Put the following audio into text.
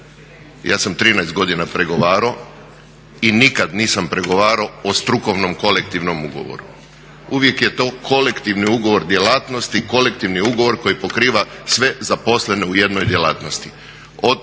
ja sam 13 godina pregovarao i nikada nisam pregovarao o strukovnom kolektivnom ugovoru. Uvijek je to kolektivni ugovor djelatnosti, kolektivni ugovor koji pokriva sve zaposlene u jednoj djelatnosti